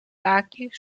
takich